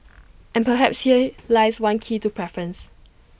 and perhaps here lies one key to preference